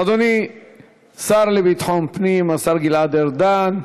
אדוני השר לביטחון פנים, השר גלעד ארדן,